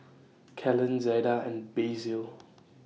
Kellan Zaida and Basil